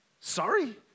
Sorry